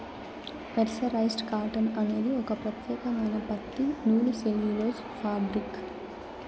mercerised cotton అనేది ఒక ప్రత్యేకమైన పత్తి నూలు సెల్యులోజ్ ఫాబ్రిక్